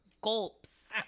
gulps